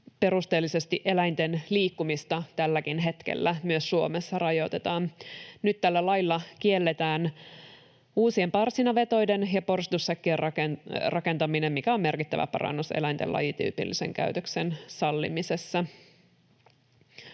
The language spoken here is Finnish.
perusteellisesti eläinten liikkumista tälläkin hetkellä myös Suomessa rajoitetaan. Nyt tällä lailla kielletään uusien parsinavetoiden ja porsitushäkkien rakentaminen, mikä on merkittävä parannus eläinten lajityypillisen käytöksen sallimisessa.